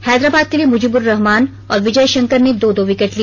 हैदराबाद के लिए मुजीबुर्रहमान और विजय शंकर ने दो दो विकेट लिए